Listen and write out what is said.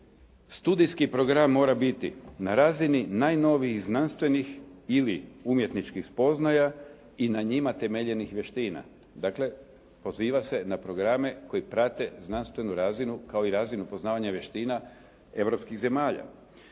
studijski program mora biti na razini najnovijih znanstvenih ili umjetničkih spoznaja i na njima temeljenih vještina. Dakle, poziva se na programe koji prate znanstvenu razinu, kao i razinu poznavanja vještina europskih zemalja.